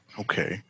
okay